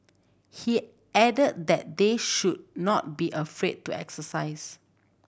he added that they should not be afraid to exercise